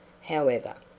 however,